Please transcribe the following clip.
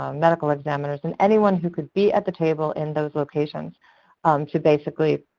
um medical examiners, and anyone who could be at the table in those locations to basically